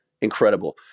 Incredible